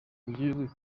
igihugu